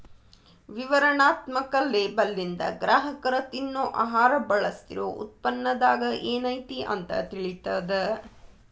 ವಿವರಣಾತ್ಮಕ ಲೇಬಲ್ಲಿಂದ ಗ್ರಾಹಕರ ತಿನ್ನೊ ಆಹಾರ ಬಳಸ್ತಿರೋ ಉತ್ಪನ್ನದಾಗ ಏನೈತಿ ಅಂತ ತಿಳಿತದ